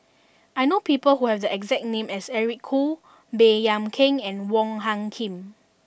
I know people who have the exact name as Eric Khoo Baey Yam Keng and Wong Hung Khim